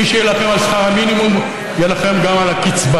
מי שיילחם על שכר המינימום יילחם גם על הקצבה.